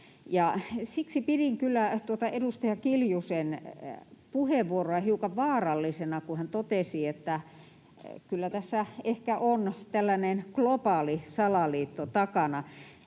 kyllä tuota edustaja Kiljusen puheenvuoroa hiukan vaarallisena, kun hän totesi, että kyllä tässä ehkä on tällainen globaali salaliitto takana.